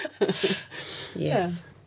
Yes